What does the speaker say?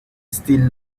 still